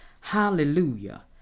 Hallelujah